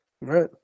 right